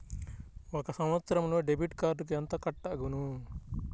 ఒక సంవత్సరంలో డెబిట్ కార్డుకు ఎంత కట్ అగును?